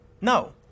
No